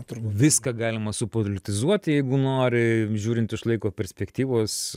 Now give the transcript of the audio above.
turbūt viską galima supolitizuoti jeigu nori žiūrint iš laiko perspektyvos